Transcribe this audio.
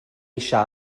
eisiau